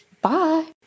bye